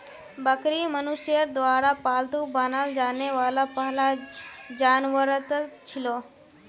बकरी मनुष्यर द्वारा पालतू बनाल जाने वाला पहला जानवरतत छिलो